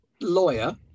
lawyer